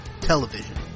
Television